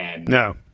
no